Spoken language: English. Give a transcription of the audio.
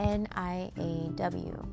niaw